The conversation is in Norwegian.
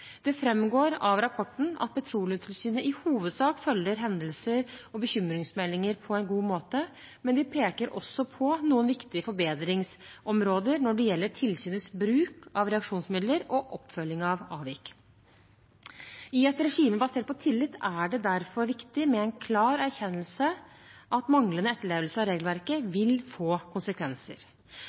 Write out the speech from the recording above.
Det framgår av rapporten at Petroleumstilsynet i hovedsak følger opp hendelser og bekymringsmeldinger på en god måte, men de peker også på noen viktige forbedringsområder når det gjelder tilsynets bruk av reaksjonsmidler og oppfølging av avvik. I et regime basert på tillit er det derfor viktig med en klar erkjennelse av at manglende etterlevelse av regelverket vil få konsekvenser.